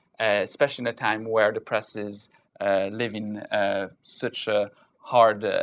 especially in a time where the press is living ah such a hard ah